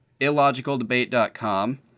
illogicaldebate.com